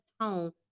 tone